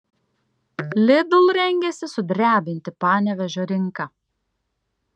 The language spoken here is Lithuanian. lidl rengiasi sudrebinti panevėžio rinką